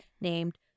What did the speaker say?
named